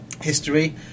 history